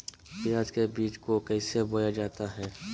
प्याज के बीज को कैसे बोया जाता है?